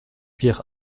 pierre